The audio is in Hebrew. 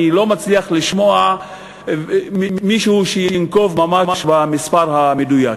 אני לא מצליח לשמוע מישהו שינקוב ממש במספר המדויק.